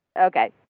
Okay